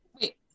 wait